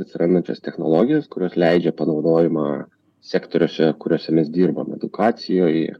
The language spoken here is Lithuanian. atsirandančias technologijas kurios leidžia panaudojimą sektoriuose kuriuose mes dirbam edukacijoj